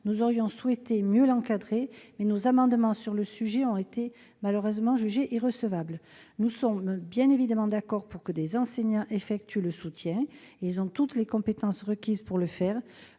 Nous aurions souhaité mieux l'encadrer, mais nos amendements sur le sujet ont malheureusement été déclarés irrecevables. Nous sommes bien évidemment d'accord pour que des enseignants fassent du soutien : ils ont toutes les compétences requises pour le faire.